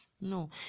no